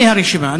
הנה הרשימה.